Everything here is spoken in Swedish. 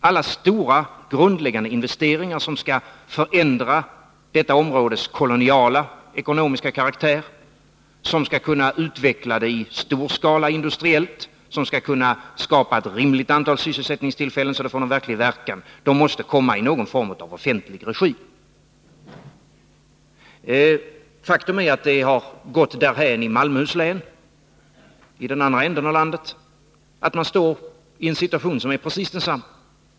Alla stora, grundläggande investeringar som kan förändra detta områdes koloniala ekonomiska karaktär, åstadkomma en industriell utveckling i stor skala och skapa ett rimligt antal sysselsättningstillfällen, så att det blir riktig verkan, måste ske i någon form av offentlig regi. Faktum är att man i Malmöhus län, i den andra ändan av landet, har en precis likadan situation.